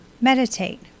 meditate